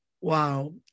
wow